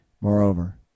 Moreover